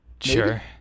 Sure